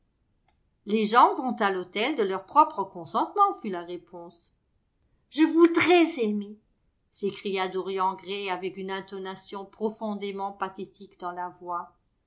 les gens vont à l'autel de leur propre consentement fut la réponse je voudrais aimer s'écria dorian gray avec une intonation profondément pathétique dans la voix